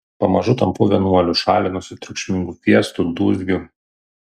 pamažu tampu vienuoliu šalinuosi triukšmingų fiestų dūzgių